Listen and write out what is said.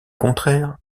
contraire